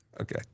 Okay